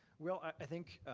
well, i think,